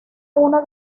uno